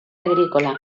agrícola